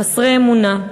חסרי אמונה,